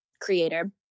creator